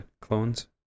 clones